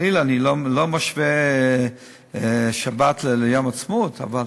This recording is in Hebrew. חלילה, אני לא משווה שבת ליום העצמאות, אבל